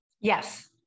Yes